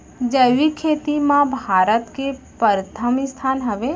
जैविक खेती मा भारत के परथम स्थान हवे